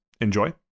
Enjoy